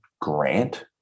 grant